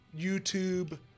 YouTube